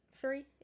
three